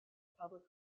public